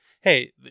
Hey